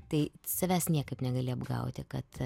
tai savęs niekaip negali apgauti kad